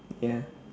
ya